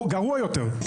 גרוע יותר.